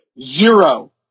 Zero